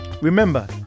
Remember